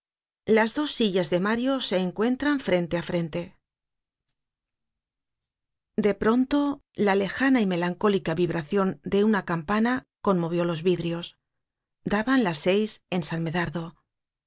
las dos sillas de mario se encuentran frente á frente de pronto la lejana y melancólica vibracion de una campana conmovió los vidrios daban las seis en san medardo